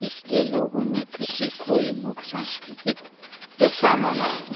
इसलिए लोगों ने कृषि को ही मुख्य सांस्कृतिक व्यवसाय माना है